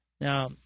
Now